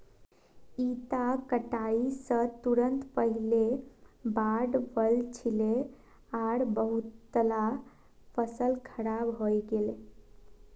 इता कटाई स तुरंत पहले बाढ़ वल छिले आर बहुतला फसल खराब हई गेले